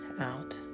out